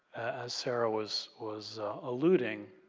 as sarah was was alluding.